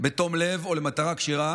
בתום לב או למטרה כשרה,